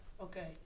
Okay